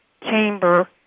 chamber